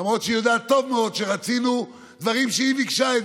למרות שהיא יודעת טוב מאוד שרצינו דברים שגם היא ביקשה.